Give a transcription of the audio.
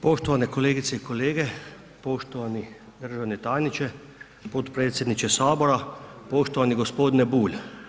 Poštovane kolegice i kolege, poštovani državni tajniče, potpredsjedniče Sabora, poštovani g. Bulj.